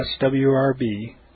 swrb